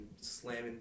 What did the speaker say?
slamming